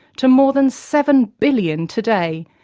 to more than seven billion today,